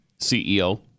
CEO